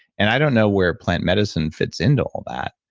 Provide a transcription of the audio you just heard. and i don't know where plant medicine fits into all that.